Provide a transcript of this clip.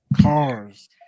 Cars